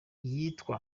yitwa